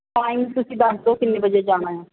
time ਤੁਸੀਂ ਦੱਸ ਦੋ ਕਿੰਨੇ ਵਜੇ ਜਾਣਾ ਆ